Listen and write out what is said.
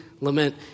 lament